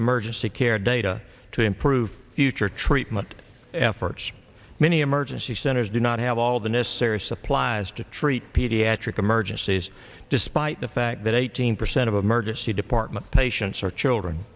emergency care data to improve future treatment for many emergencies do not have all the necessary supplies to treat pediatric emergencies despite the fact that eighteen percent of america see department patients or children